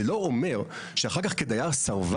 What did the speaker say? זה לא אומר, שאחר כך כדייר סרבן,